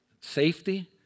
safety